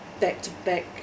back-to-back